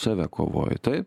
save kovoji taip